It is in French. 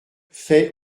fait